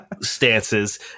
stances